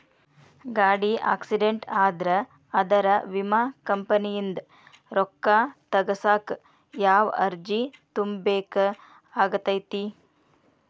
ಗಾಡಿ ಆಕ್ಸಿಡೆಂಟ್ ಆದ್ರ ಅದಕ ವಿಮಾ ಕಂಪನಿಯಿಂದ್ ರೊಕ್ಕಾ ತಗಸಾಕ್ ಯಾವ ಅರ್ಜಿ ತುಂಬೇಕ ಆಗತೈತಿ?